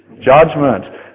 Judgment